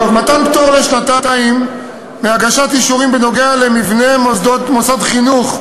מתן פטור לשנתיים מהגשת אישורים בנוגע למבנה מוסד חינוך,